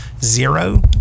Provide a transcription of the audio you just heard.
Zero